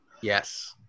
Yes